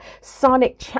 sonic